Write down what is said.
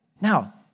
Now